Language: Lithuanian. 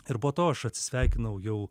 ir po to aš atsisveikinau jau